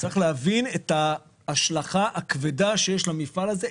צריך להבין את ההשלכה הכבדה שיש למפעל הזה,